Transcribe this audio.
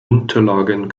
unterlagen